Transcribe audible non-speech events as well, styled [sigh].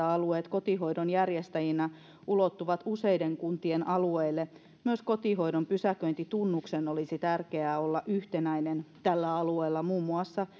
[unintelligible] alueet kotihoidon järjestäjinä ulottuvat useiden kuntien alueelle myös kotihoidon pysäköintitunnuksen olisi tärkeää olla yhtenäinen tällä alueella muun muassa [unintelligible]